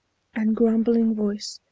and grumbling voice,